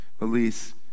Elise